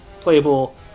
playable